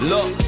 Look